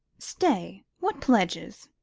stay, what pledges?